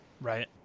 Right